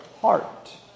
heart